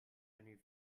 eine